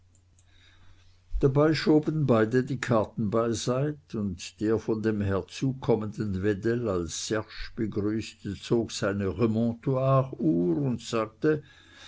dabei schoben beide die karten beiseit und der von dem herzukommenden wedell als serge begrüßte zog seine remontoiruhr und sagte